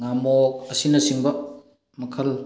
ꯉꯥꯃꯣꯛ ꯑꯁꯤꯅꯆꯤꯡꯕ ꯃꯈꯜ